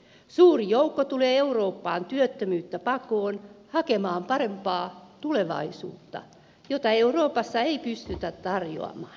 suurin joukko tulee eurooppaan työttömyyttä pakoon hakemaan parempaa tulevaisuutta jota euroopassa ei pystytä tarjoamaan